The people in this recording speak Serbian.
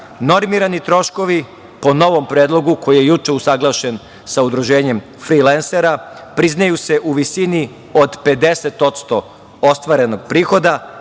Normirani troškovi, po novom predlogu koji je juče usaglašen sa Udruženjem frilensera, priznaju se u visini od 50% ostvarenog prihoda,